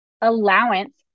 allowance